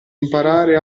imparare